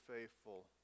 faithful